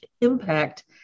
impact